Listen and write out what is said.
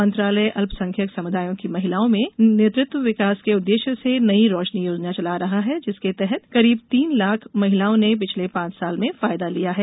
मंत्रालय अल्पसंख्यक समुदायों की महिलाओं में नेतृत्व विकास के उद्देश्य से नई रोशनी योजना चला रहा है जिसके तहत करीब तीन लाख महिलाओं ने पिछले पांच साल में फायदा लिया है